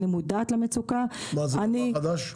אני מודעת למצוקה --- מה, זה דבר חדש?